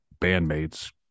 bandmates